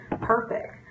perfect